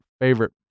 favorite